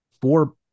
four